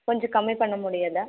கொஞ்சம் கம்மி பண்ணமுடியாதா